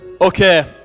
Okay